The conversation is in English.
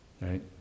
Right